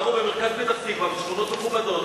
וגרו במרכז פתח-תקווה בשכונות מכובדות.